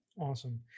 Awesome